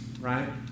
right